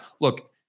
Look